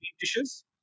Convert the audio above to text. dishes